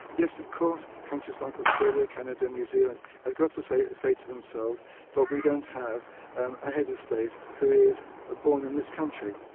yes, of course, countries like australia, canada, new zealand, they've got to say say to themselves but we don't have a head of state who is ah born in this country.